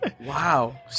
Wow